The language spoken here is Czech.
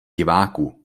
diváků